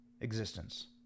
existence